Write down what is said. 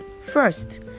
First